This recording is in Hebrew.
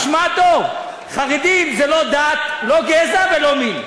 תשמע טוב, חרדים זה לא דת, לא גזע ולא מין.